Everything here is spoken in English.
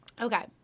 Okay